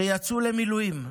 שיצאו למילואים.